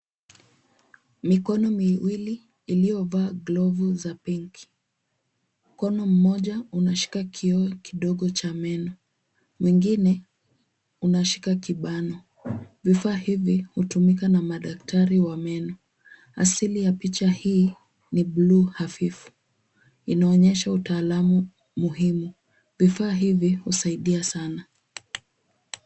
Mikono miwili iliyovaa glavu za pinki. Mkono mmoja unashika kioo kidogo cha meno mwingine unashika kibano. Vifaa hivi hutumika na madaktari wa meno. Asili ya picha hii ni buluu hafifu inaonyesha utaalamu muhimu. Vifaa hivi husaidia sana.